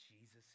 Jesus